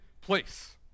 place